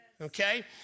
Okay